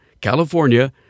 California